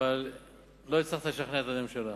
אבל לא הצלחת לשכנע את הממשלה.